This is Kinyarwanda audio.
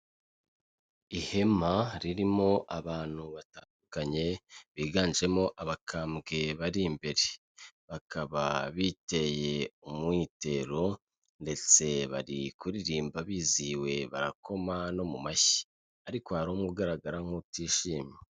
Ihema ririmo abantu batandukanye, biganjemo abakambwe bari imbere. Bakaba biteye umwitero ndetse bari kuririmba bizihiwe barakoma no mu mashyi, ariko hari umwe ugaragara nk'utishimye.